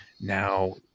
now